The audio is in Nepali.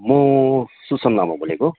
म सुसन लामा बोलेको